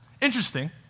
Interesting